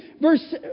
Verse